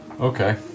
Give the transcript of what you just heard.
Okay